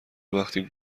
وقتی